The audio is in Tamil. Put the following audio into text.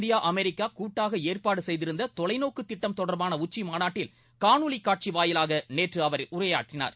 இந்தியா அமெரிக்கா கூட்டாக ஏற்பாடு செய்திருந்த தொலைநோக்கு திட்டம் தொடர்பான உச்சிமாநாட்டில் காணொலிக் காட்சி வாயிலாக நேற்று அவர் உரையாற்றினார்